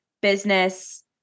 business